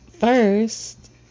First